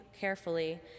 carefully